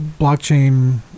blockchain